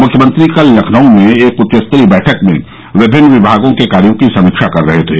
मुख्यमंत्री कल लखनऊ में एक उच्चस्तरीय बैठक में विभिन्न विभागों के कार्यो की समीक्षा कर रहे थे